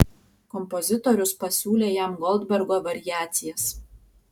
kompozitorius pasiūlė jam goldbergo variacijas